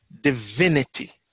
divinity